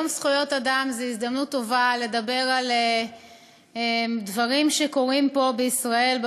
יום זכויות אדם הוא הזדמנות טובה לדבר על דברים שקורים פה בישראל,